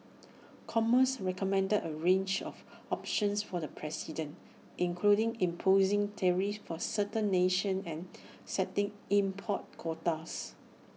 commerce recommended A range of options for the president including imposing tariffs for certain nations and setting import quotas